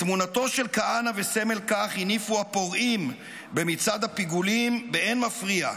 את תמונתו של כהנא וסמל כך הניפו הפורעים במצעד הפיגולים באין מפריע,